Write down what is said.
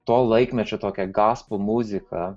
to laikmečio tokia gaspu muzika